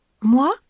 Moi